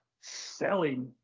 selling